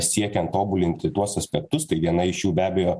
siekiant tobulinti tuos aspektus tai viena iš be abejo